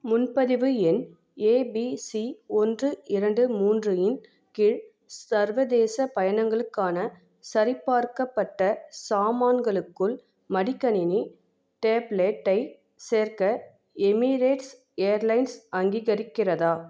முன்பதிவு எண் ஏபிசி ஒன்று இரண்டு மூன்றின் கீழ் சர்வதேச பயணங்களுக்கான சரிபார்க்கப்பட்ட சாமான்களுக்குள் மடிக்கணினி டேப்லெட்டை சேர்க்க எமிரேட்ஸ் ஏர்லைன்ஸ் அங்கீகரிக்கிறதா